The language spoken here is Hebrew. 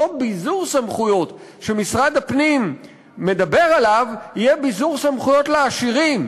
אותו ביזור סמכויות שמשרד הפנים מדבר עליו יהיה ביזור סמכויות לעשירים,